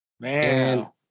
Man